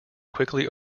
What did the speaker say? quickly